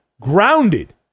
grounded